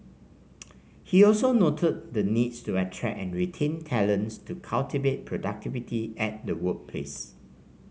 he also noted the need to attract and retain talent to cultivate productivity at the workplace